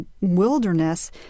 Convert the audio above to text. wilderness